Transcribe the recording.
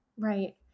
Right